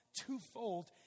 twofold